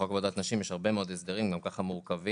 בחוק עבודת נשים יש הרבה מאוד הסדרים גם ככה מורכבים,